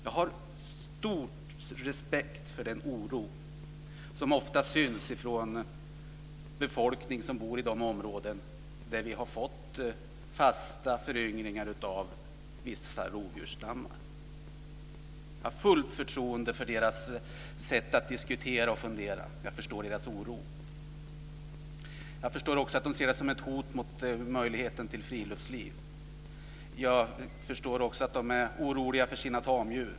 Jag har stor respekt för den oro som befolkningen känner som bor i de områden där vi har fått fasta föryngringar av vissa rovdjursstammar. Jag har full förståelse för deras sätt att diskutera och fundera. Jag förstår deras oro. Jag förstår också att de ser det som ett hot mot möjligheten till friluftsliv. Jag förstår att de är oroliga för sina tamdjur.